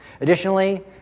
Additionally